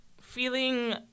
feeling